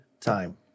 time